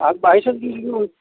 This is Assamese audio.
আগবাঢ়িছে